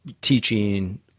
teaching